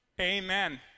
Amen